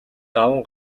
даван